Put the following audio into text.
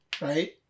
right